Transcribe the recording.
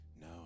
No